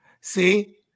See